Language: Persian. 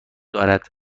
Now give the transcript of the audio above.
دارد